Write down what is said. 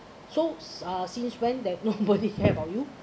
so uh since when that nobody care about you